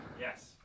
Yes